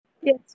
yes